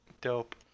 Dope